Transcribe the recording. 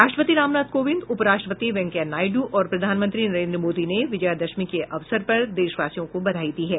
राष्ट्रपति रामनाथ कोविंद उपराष्ट्रपति वेंकैया नायडू और प्रधानमंत्री नरेंद्र मोदी ने विजयादशमी के अवसर पर देशवासियों को बधाई दी है